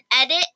edit